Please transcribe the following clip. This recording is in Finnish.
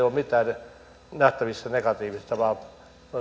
ole mitään negatiivista nähtävissä vaan